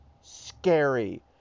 scary